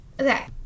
Okay